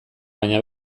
baina